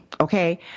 Okay